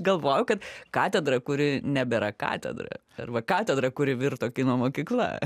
galvojau kad katedra kuri nebėra katedra arba katedra kuri virto kino mokykla